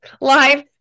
live